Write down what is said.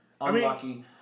Unlucky